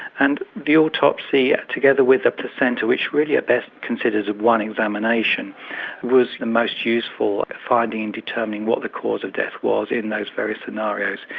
and the autopsy together with the placenta which really are best considered as one examination was the most useful finding in determining what the cause of death was in those various scenarios.